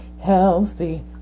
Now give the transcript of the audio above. healthy